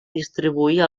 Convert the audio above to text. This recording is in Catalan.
distribuir